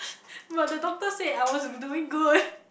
but the doctor said I was doing good